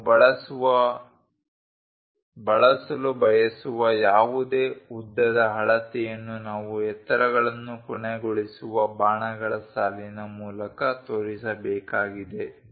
ನಾವು ಬಳಸಲು ಬಯಸುವ ಯಾವುದೇ ಉದ್ದದ ಅಳತೆಯನ್ನು ನಾವು ಎತ್ತರಗಳನ್ನು ಕೊನೆಗೊಳಿಸುವ ಬಾಣಗಳ ಸಾಲಿನ ಮೂಲಕ ತೋರಿಸಬೇಕಾಗಿದೆ